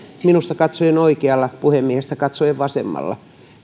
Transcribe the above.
minusta katsoen oikealla puhemiehestä katsoen vasemmalla